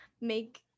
make